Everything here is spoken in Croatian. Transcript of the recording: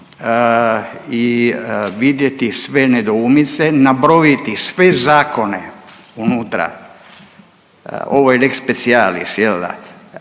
i vidjeti sve nedoumici, nabrojiti sve zakone unutra. Ovo je lex specialis jel da,